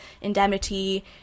indemnity